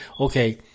okay